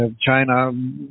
China